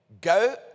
go